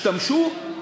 השתמשו,